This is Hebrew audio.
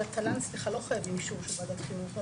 על התל"ן לא צריכים אישור של ועדת חינוך.